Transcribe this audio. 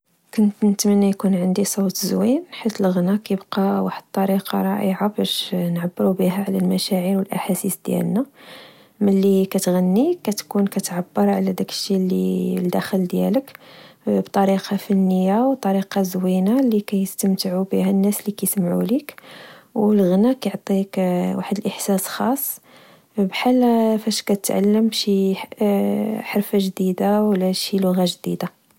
كنت نتمنى يكون عندي صوت زوين، حيت الغناء كيبقى واحد الطريقة رائعة باش نعبرو بها على المشاعر والأحاسيس ديالنا. ملي كتغني، كتكون كتعبر على داكشي لي لداخلك بطريقة فنية، وطريقة زوينة لكستمتعو بها الناس اللي كيسمعو ليك. الغنا كيعطيك واحد الإحساس خاص، بحال فاش كتعلم شي حرفة جديدة، ولا شي لغة. جديدة